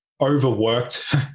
overworked